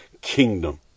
kingdom